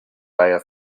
layer